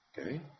Okay